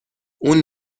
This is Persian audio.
اون